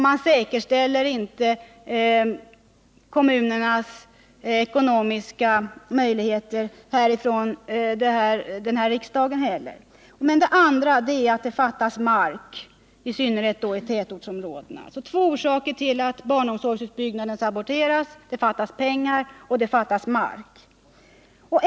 Man säkerställer inte heller kommunernas ekonomiska möjligheter härifrån riksdagen. Den andra orsaken är att det fattas mark, i synnerhet i tätortsområdena. Det fattas alltså pengar, och det fattas mark.